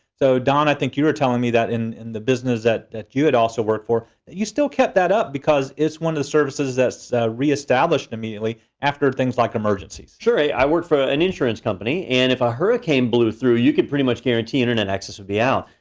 so don, i think you were telling me that in the business that that you had also worked for, that you still kept that up because it's one of the services that's reestablished immediately. after things like emergencies. sure, i work for any insurance company and if a hurricane blew through, you could prettym uch guarantee internet access would be out.